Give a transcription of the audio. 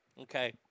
Okay